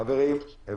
חברים, הבנו.